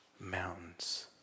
mountains